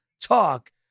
talk